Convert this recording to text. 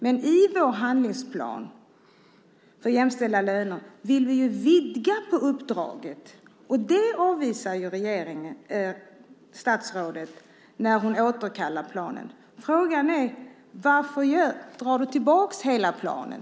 Men i vår handlingsplan för jämställda löner vill vi vidga uppdraget, och det avvisar ju statsrådet när hon återkallar planen. Frågan är: Varför drar du tillbaka hela planen?